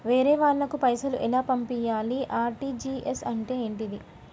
వేరే వాళ్ళకు పైసలు ఎలా పంపియ్యాలి? ఆర్.టి.జి.ఎస్ అంటే ఏంటిది?